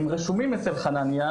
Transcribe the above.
הם רשומים אצל חנניה,